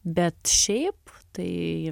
bet šiaip tai